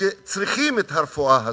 שצריכים את הרפואה הזאת.